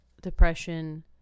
depression